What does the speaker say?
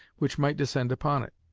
which might descend upon it.